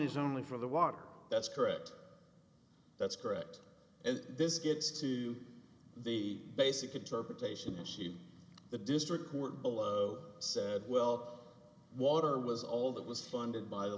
is only for the water that's correct that's correct and this gets to the basic interpretation is she the district court below said well water was all that was funded by the